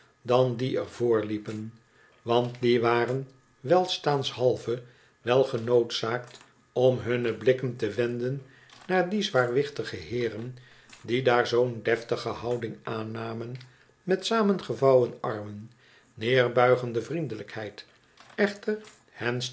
dan die er vr liepen want die waren welstaanshalve wel genoodzaakt om hunne blikken te wenden naar die zwaarwichtige lieeron die daar zoo'n deftige houding aannamen met samengevouwen armen neerbuigende vriendelijkheid